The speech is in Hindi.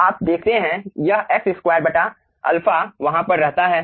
आप देखते हैं कि यह x2 α वहाँ पर रहता है